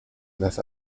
las